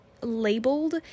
labeled